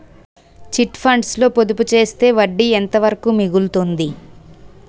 Chit funds లో పొదుపు చేస్తే వడ్డీ ఎంత వరకు మిగులుతుంది?